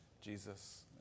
Jesus